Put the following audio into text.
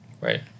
Right